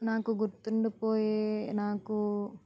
నాకు గుర్తుండిపోయే నాకు